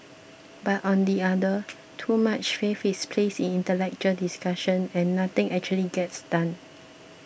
but on the other too much faith is placed intellectual discussion and nothing actually gets done